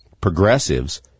progressives